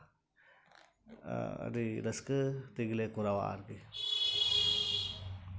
ᱟᱹᱰᱤ ᱨᱟᱹᱥᱠᱟᱹ ᱛᱮᱜᱮ ᱞᱮ ᱠᱚᱨᱟᱣᱟ ᱟᱨᱠᱤ